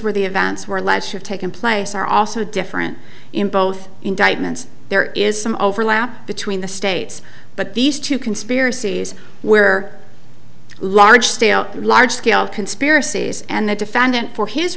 where the events were alleged to have taken place are also different in both indictments there is some overlap between the states but these two conspiracies where large scale large scale conspiracies and the defendant for his